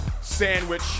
Sandwich